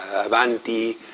avanti,